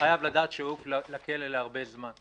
חייב לדעת שהוא יעוף לכלא להרבה זמן.